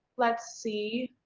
let's see.